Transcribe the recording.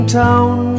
town